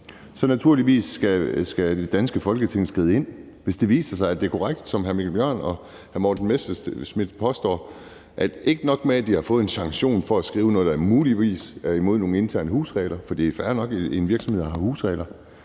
Så naturligvis skal det danske Folketing skride ind, hvis det viser sig, at det er korrekt, som hr. Mikkel Bjørn og hr. Morten Messerschmidt påstår det er, at ikke nok med, at de her fået en sanktion for at skrive noget, der muligvis er imod nogle interne husregler – for det er fair nok, at en virksomhed har husregler